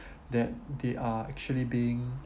that they are actually being